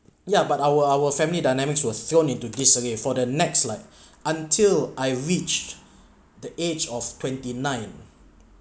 ya but our our family dynamics was thrown into disarray for the next like until I reached the age of twenty nine